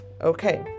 okay